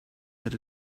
that